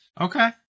Okay